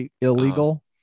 illegal